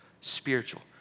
spiritual